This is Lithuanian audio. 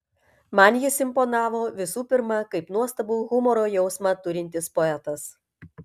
man jis imponavo visų pirma kaip nuostabų humoro jausmą turintis poetas